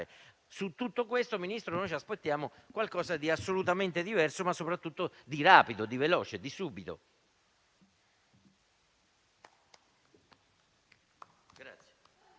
Su tutto questo, Ministro, ci aspettiamo qualcosa di assolutamente diverso, ma soprattutto di rapido e immediato.